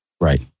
Right